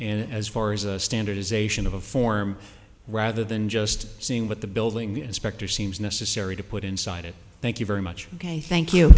and as far as standardization of a form rather than just seeing what the building inspector seems necessary to put inside it thank you very much ok thank you